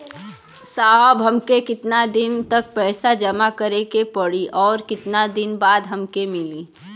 साहब हमके कितना दिन तक पैसा जमा करे के पड़ी और कितना दिन बाद हमके मिली?